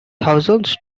thousands